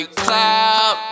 clap